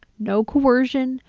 no coercion,